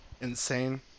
insane